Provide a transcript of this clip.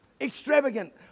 Extravagant